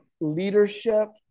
leadership